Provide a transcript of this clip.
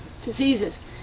diseases